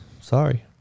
sorry